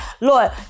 Lord